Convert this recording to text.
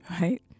right